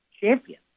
champion